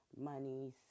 monies